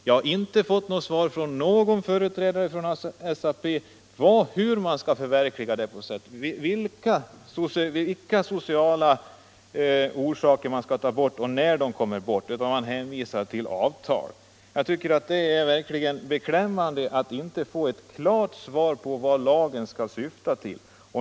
Jag har inte fått svar från någon företrädare för dessa på frågan, vilka sociala konfliktorsaker man skall ta bort och hur de skall tas bort — utan man hänvisar till avtal. Jag tycker verkligen att det är beklämmande att inte få ett klart svar på frågan vad lagen skall syfta till.